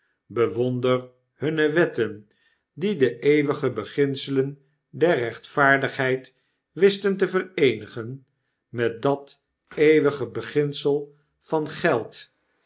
bewonder hunne wetten die de eeuwige beginselen der rechtvaardigheid wisten te vereenigen met dat eeuwige beginsel van geld